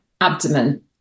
abdomen